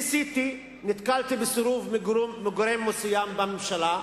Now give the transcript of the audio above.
ניסיתי, נתקלתי בסירוב מגורם מסוים בממשלה.